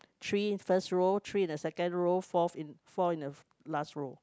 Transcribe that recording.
three first row three in the second row fourth in four in the last row